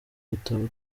dutabo